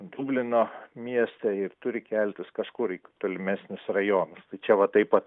dublino mieste ir turi keltis kažkur į tolimesnius rajonus tai čia va taip pat